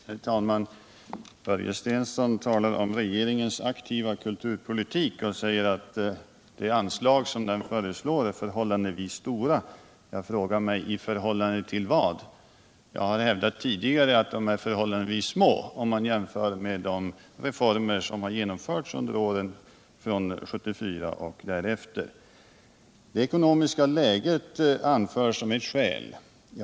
Herr talman! Börje Stensson talade om regeringens aktiva kulturpolitik. Han sade att de anslag som regeringen föreslår är förhållandevis stora, men jag vill då fråga: I förhållandet till vad”? Tidigare har jag hävdat att de är förhållandevis små, om man jämför med de reformer som genomfördes 1974 och åren därefter. Det ekonomiska läget anförs som ett skäl.